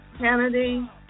Kennedy